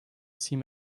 seem